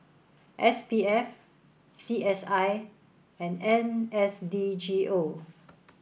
S P F C S I and N S D G O